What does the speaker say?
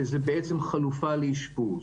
שזה בעצם חלופה לאשפוז.